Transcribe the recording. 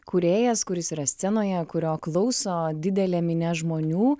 kūrėjas kuris yra scenoje kurio klauso didelė minia žmonių